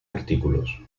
artículos